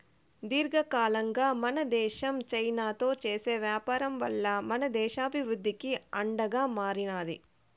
దీర్ఘకాలంగా మన దేశం చైనాతో చేసే వ్యాపారం వల్ల మన దేశ అభివృద్ధికి అడ్డంగా మారినాది